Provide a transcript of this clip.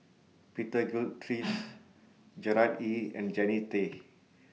Peter Gilchrist Gerard Ee and Jannie Tay